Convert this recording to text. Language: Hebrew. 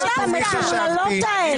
מה פשר השאלות המטורללות האלה?